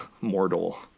mortal